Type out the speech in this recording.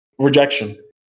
rejection